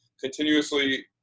continuously